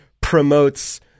promotes